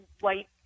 white